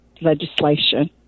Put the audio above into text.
legislation